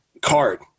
card